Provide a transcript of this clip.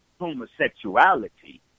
homosexuality